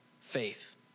faith